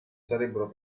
sarebbero